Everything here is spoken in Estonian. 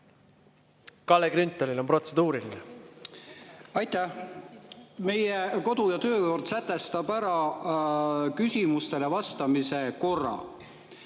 Kalle Grünthalil on protseduuriline. Aitäh! Meie kodu‑ ja töökord sätestab ära küsimustele vastamise korra.